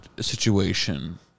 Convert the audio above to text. situation